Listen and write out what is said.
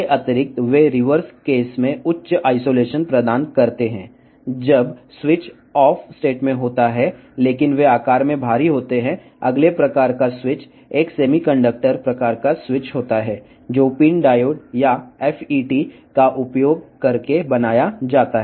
అదనంగా అవి రివర్స్ కేసులో అధిక ఐసోలేషన్ను అందిస్తాయి కానీ స్విచ్ ఆఫ్ స్థితిలో ఉన్నప్పుడు అవి పరిమాణంలో పెద్దవిగా ఉంటాయి తరువాతి రకం స్విచ్ సెమీకండక్టర్ రకం స్విచ్ వీటిని పిన్ డయోడ్ లేదా FET ను ఉపయోగించి తయారు చేస్తారు